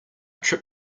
trip